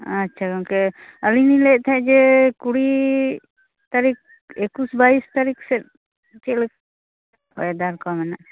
ᱟᱪᱪᱷᱟ ᱜᱚᱝᱠᱮ ᱟᱞᱤᱝᱞᱤᱝ ᱞᱟ ᱭᱮᱫ ᱛᱟᱦᱮᱸᱫ ᱡᱮ ᱠᱩᱲᱤ ᱛᱟᱨᱤᱠ ᱮᱠᱩᱥ ᱵᱟᱭᱤᱥ ᱛᱟᱨᱤᱠ ᱥᱮᱫ ᱪᱮᱫ ᱞᱮᱠᱟ ᱚᱭᱮᱫᱟᱨ ᱠᱚ ᱢᱮᱱᱟᱜᱼᱟ